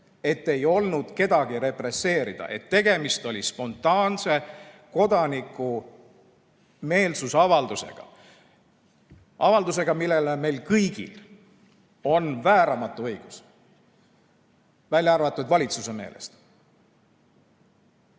et ei olnud kedagi represseerida, tegemist oli kodanike spontaanse meelsusavaldusega. Avaldusega, millele meil kõigil on vääramatu õigus, välja arvatud valitsuse meelest.